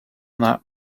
that